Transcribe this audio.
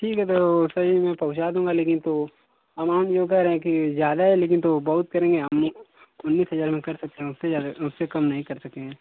ठीक है तो सही मैं पहुँचा दूँगा लेकिन तो अमाउन्ट जो कह रहे हैं कि ज़्यादा है लेकिन तो बहुत करेंगे हम उन्नीस हजार में कर सकते हैं उससे ज़्यादा उससे कम नहीं कर सकें